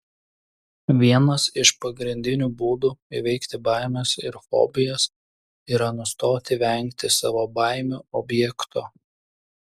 vienas iš pagrindinių būdų įveikti baimes ir fobijas yra nustoti vengti savo baimių objekto